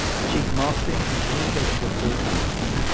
the chief marketing and communications officer at unilever.